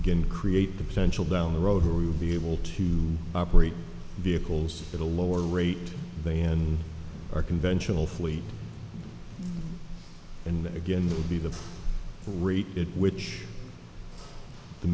begin create the potential down the road or we would be able to operate vehicles at a lower rate they and our conventional fleet and again that would be the rate at which the